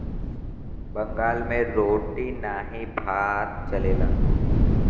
बंगाल मे रोटी नाही भात चलेला